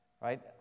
Right